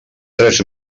tres